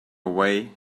away